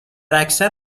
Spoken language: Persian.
اکثر